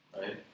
Right